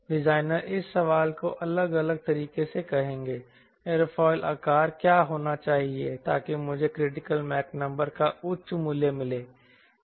designer इस सवाल को अलग अलग तरीके से कहेंगे एयरोफिल आकार क्या होना चाहिए ताकि मुझे क्रिटिकल मैक नंबर का उच्च मूल्य मिले